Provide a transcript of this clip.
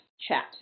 chat